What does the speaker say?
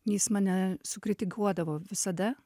jis mane sukritikuodavo visada